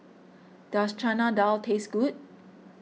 does Chana Dal taste good